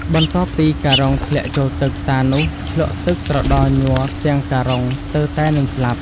បន្ទាប់ពីការុងធ្លាក់ចូលទឹក តានោះឈ្លក់ទឹកត្រដរញ័រទាំងការុងស្ទើរតែនិងស្លាប់។